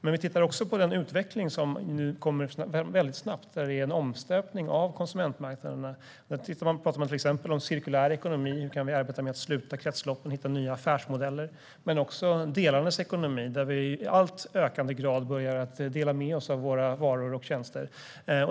Men vi tittar också på den utveckling som nu kommer mycket snabbt, med en omstöpning av konsumentmarknaderna. Där pratar man till exempel om cirkulär ekonomi, att kunna arbeta med att sluta kretsloppen och hitta nya affärsmodeller. Det handlar också om delandets ekonomi, där vi i alltmer ökande grad börjar dela med oss av våra varor och tjänster.